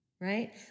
Right